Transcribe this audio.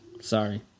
Sorry